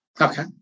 Okay